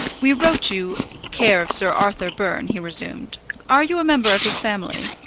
we wrote you care of sir arthur byrne, he resumed are you a member of his family?